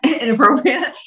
inappropriate